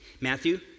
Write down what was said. Matthew